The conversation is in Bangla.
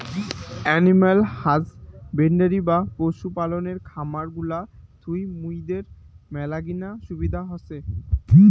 এনিম্যাল হাসব্যান্ডরি বা পশু পালনের খামার গুলা থুই মুইদের মেলাগিলা সুবিধা হসে